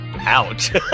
Ouch